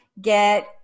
get